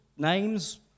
names